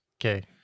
Okay